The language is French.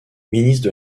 ministre